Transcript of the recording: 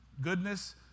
goodness